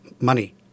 money